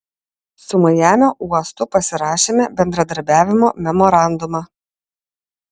su majamio uostu pasirašėme bendradarbiavimo memorandumą